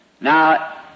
Now